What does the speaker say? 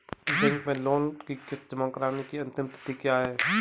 Bank में loan की किश्त जमा कराने की अंतिम तिथि क्या है?